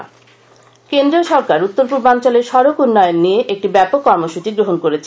সডক কেন্দ্রীয় সরকার উত্তর পূর্বাঞ্চলের সড়ক উল্লয়ন নিয়ে একটি ব্যাপক কর্মসচী গহণ করেছে